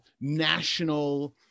national